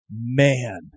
Man